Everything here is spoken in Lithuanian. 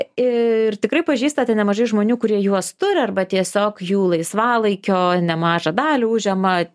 ir tikrai pažįstate nemažai žmonių kurie juos turi arba tiesiog jų laisvalaikio nemažą dalį užima